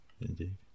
Indeed